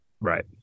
Right